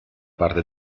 parte